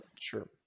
Sure